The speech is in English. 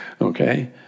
okay